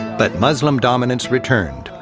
but muslim dominance returned,